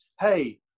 Hey